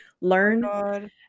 learn